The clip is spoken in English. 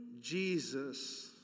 Jesus